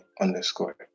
underscore